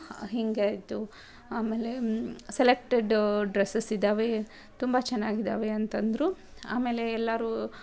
ಹೀಗಾಯ್ತು ಆಮೇಲೆ selected dresses ಇದ್ದಾವೆ ತುಂಬ ಚೆನ್ನಾಗಿದಾವೆ ಅಂತಂದರು ಆಮೇಲೆ ಎಲ್ಲರೂ